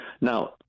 Now